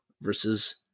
versus